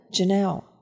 Janelle